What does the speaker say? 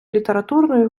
літературної